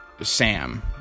Sam